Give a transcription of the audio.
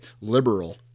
liberal